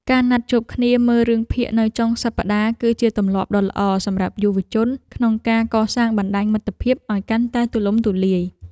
ការណាត់ជួបគ្នាមើលរឿងភាគនៅចុងសប្តាហ៍គឺជាទម្លាប់ដ៏ល្អសម្រាប់យុវជនក្នុងការកសាងបណ្ដាញមិត្តភាពឱ្យកាន់តែទូលំទូលាយ។